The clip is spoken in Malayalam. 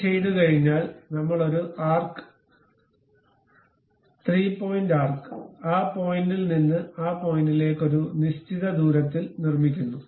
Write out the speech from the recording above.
ഇത് ചെയ്തുകഴിഞ്ഞാൽ നമ്മൾ ഒരു ആർക്ക് 3 പോയിന്റ് ആർക്ക് ആ പോയിന്റിൽ നിന്ന് ആ പോയിന്റിലേക്ക് ഒരു നിശ്ചിത ദൂരത്തിൽ നിർമ്മിക്കുന്നു